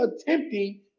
attempting